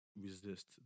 resist